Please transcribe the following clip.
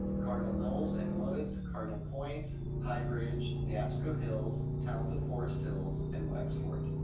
cardinal knolls and woods, cardinal pointe, highbridge, neabsco hills, towns of forest hills, and wexford.